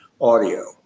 audio